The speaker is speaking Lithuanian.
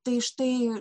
tai štai